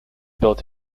built